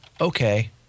Okay